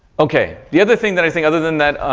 okay, the other thing that i think other than that,